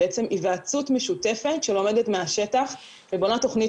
בעצם היוועצות משותפת שלומדת מהשטח ובונה תוכנית